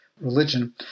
religion